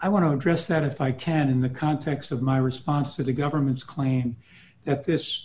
i want to address that if i can in the context of my response to the government's claim that this